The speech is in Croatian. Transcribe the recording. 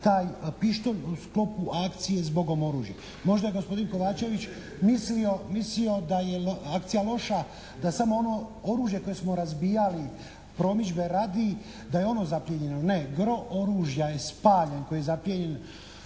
taj pištolj u sklopu akcije "zbogom oružje". Možda je gospodin Kovačević mislio da je akcija loša da samo ono oružje koje smo razbijali promidžbe radi da je ono zaplijenjeno. Ne. Gro oružja je spaljen koji je zaplijenjen